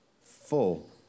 full